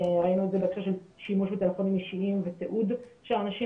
ראינו את זה בהקשר של שימוש בטלפונים אישיים ותיעוד של אנשים